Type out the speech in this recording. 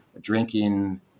drinking